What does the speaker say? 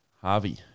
Harvey